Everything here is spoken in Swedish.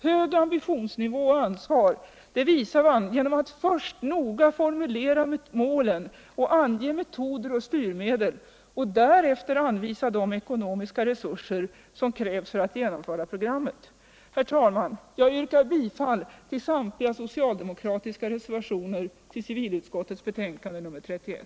Hög ambitionsnivå och ansvar visar man genom att först noga formulera målen, ange metoder och styrmedel och därefter anvisa de ekonomiska resurser som krävs för att genomföra programmet.